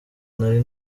nari